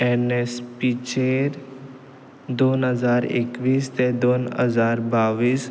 एनएसपीचेर दोन हजार एकवीस ते दोन हजार बावीस